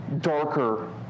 darker